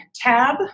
tab